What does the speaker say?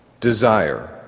desire